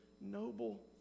noble